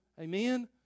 Amen